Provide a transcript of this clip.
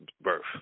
birth